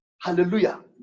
Hallelujah